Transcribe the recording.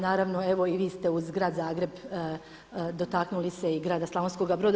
Naravno evo i vi ste uz Grad Zagreb dotaknuli se i grada Slavonskoga Broda.